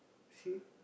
see